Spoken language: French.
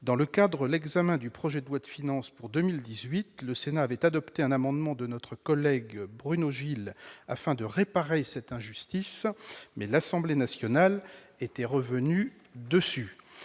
Dans le cadre de l'examen du projet de loi de finances pour 2018, le Sénat avait adopté un amendement de notre collègue Bruno Gilles afin de réparer cette injustice, mais l'Assemblée nationale était revenue dessus.